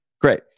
Great